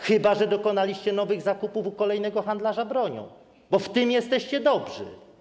Chyba że dokonaliście nowych zakupów u kolejnego handlarza bronią, bo w tym jesteście dobrzy.